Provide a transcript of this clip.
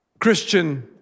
Christian